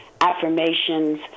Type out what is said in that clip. affirmations